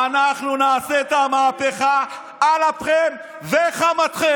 אנחנו נעשה את המהפכה על אפכם וחמתכם.